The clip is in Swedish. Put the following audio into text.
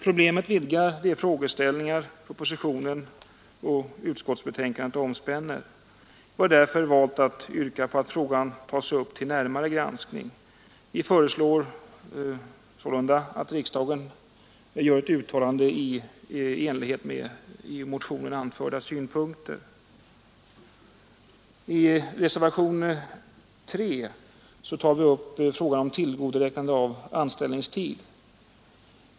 Problemet vidgar de frågeställningar propositionen och utskottsbetänkandet omspänner. Vi har därför valt att yrka att frågan tas upp till närmare granskning och föreslår att riksdagen gör ett uttalande i enlighet med i motionen anförda synpunkter. I reservationen 3 tar vi upp frågan om tillgodoräknande av anställningstid.